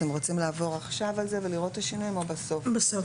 אתם רוצים לעבור על זה עכשיו ולראות את השינויים או לעבור על זה בסוף?